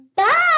Bye